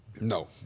no